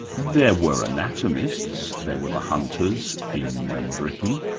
there were anatomists there were the hunters in britain,